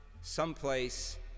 someplace